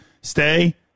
Stay